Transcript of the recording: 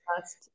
Last